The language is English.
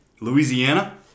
Louisiana